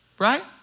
Right